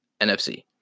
NFC